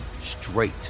straight